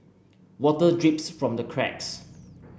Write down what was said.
water drips from the cracks